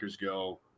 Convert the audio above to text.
go